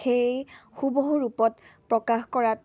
সেই সুবহু ৰূপত প্ৰকাশ কৰাত